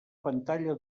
pantalla